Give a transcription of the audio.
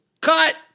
cut